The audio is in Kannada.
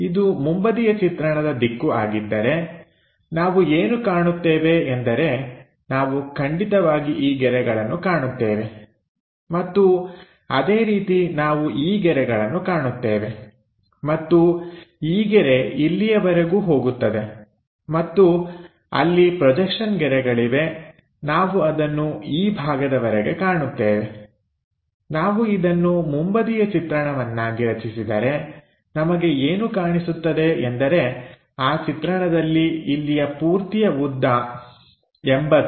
ಇದು ಮುಂಬದಿಯ ಚಿತ್ರಣದ ದಿಕ್ಕು ಆಗಿದ್ದರೆ ನಾವು ಏನು ಕಾಣುತ್ತೇವೆ ಎಂದರೆನಾವು ಖಂಡಿತವಾಗಿ ಈ ಗೆರೆಗಳನ್ನು ಕಾಣುತ್ತೇವೆ ಮತ್ತು ಅದೇ ರೀತಿ ನಾವು ಈ ಗೆರೆಗಳನ್ನು ಕಾಣುತ್ತೇವೆ ಮತ್ತು ಈ ಗೆರೆ ಇಲ್ಲಿಯವರೆಗೂ ಹೋಗುತ್ತದೆ ಮತ್ತು ಅಲ್ಲಿ ಪ್ರೊಜೆಕ್ಷನ್ ಗೆರೆಗಳಿವೆ ನಾವು ಅದನ್ನು ಈ ಭಾಗದವರೆಗೆ ಕಾಣುತ್ತೇವೆ ನಾವು ಇದನ್ನು ಮುಂಬದಿಯ ಚಿತ್ರಣವನ್ನಾಗಿ ರಚಿಸಿದರೆ ನಮಗೆ ಏನು ಕಾಣಿಸುತ್ತದೆ ಎಂದರೆ ಆ ಚಿತ್ರಣದಲ್ಲಿ ಇಲ್ಲಿಯ ಪೂರ್ತಿ ಉದ್ದ 80